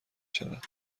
شود